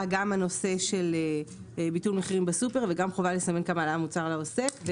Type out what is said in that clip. גם הנושא של ביטול מחירים בסופר וגם חובה לסמן קבלה למוצר לעוסק.